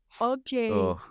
Okay